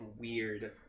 weird